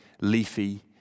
leafy